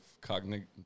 Cognitive